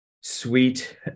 sweet